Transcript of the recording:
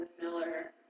Miller